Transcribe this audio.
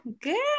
good